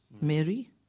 Mary